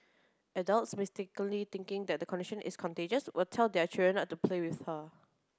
adults mistakenly thinking that the condition is contagious would tell their children not to play with her